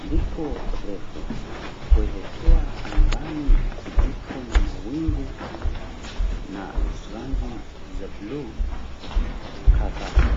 liko refu kuelekea angani kuliko na mawingu na rangi za bluu kadhaa.